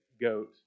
goat